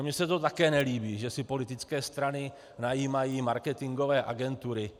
Mně se to také nelíbí, že si politické strany najímají marketingové agentury.